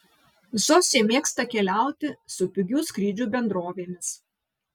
zosė mėgsta keliauti su pigių skrydžių bendrovėmis